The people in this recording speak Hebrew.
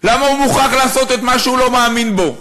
למה הוא מוכרח לעשות את מה שהוא לא מאמין בו,